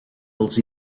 els